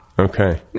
Okay